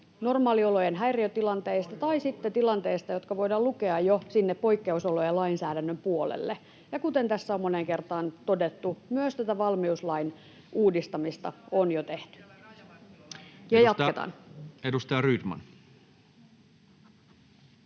normaaliolojen häiriötilanteista tai sitten tilanteista, jotka voidaan lukea jo poikkeusolojen lainsäädännön puolelle. Ja kuten tässä on moneen kertaan todettu, myös valmiuslain uudistamista on jo tehty [Mari Rantanen: